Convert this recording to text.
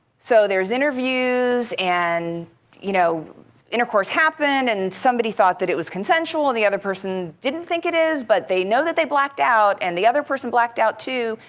so there's interviews and you know intercourse happened and somebody thought that it was consensual and the other person didn't think it is but they know that they blacked out and the other person blacked out, too.